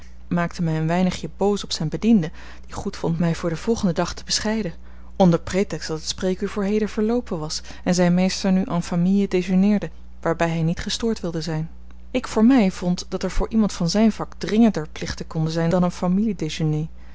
maakte mij een weinigje boos op zijn bediende die goed vond mij voor den volgenden dag te bescheiden onder pretext dat het spreekuur voor heden verloopen was en zijn meester nu en famille dejeuneerde waarbij hij niet gestoord wilde zijn ik voor mij vond dat er voor iemand van zijn vak dringender plichten konden zijn dan een